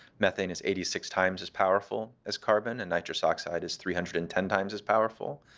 methane is eighty six times as powerful as carbon and nitrous oxide is three hundred and ten times as powerful,